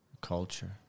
culture